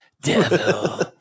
Devil